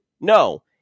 No